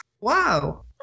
wow